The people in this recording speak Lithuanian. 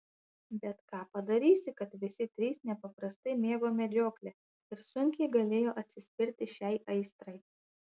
bet ką padarysi kad visi trys nepaprastai mėgo medžioklę ir sunkiai galėjo atsispirti šiai aistrai